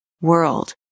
world